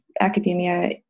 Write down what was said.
academia